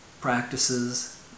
practices